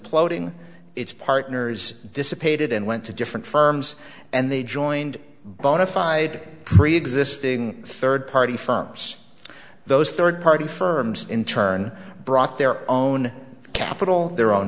ding its partners dissipated and went to different firms and they joined bonafide preexisting third party firms those third party firms in turn brought their own capital their own